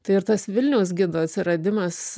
tai ir tas vilniaus gido atsiradimas